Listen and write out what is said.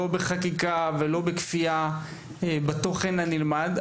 לא בחקיקה ולא בכפייה בתוכן הנלמד,